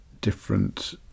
different